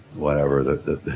whatever, the